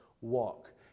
Walk